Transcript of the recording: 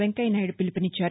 వెంకయ్యనాయుడు పిలుపునిచ్చారు